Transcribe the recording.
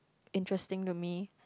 interesting to me